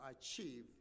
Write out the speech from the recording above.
achieve